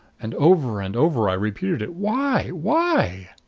and over and over i repeated it why? why?